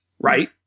right